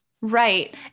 Right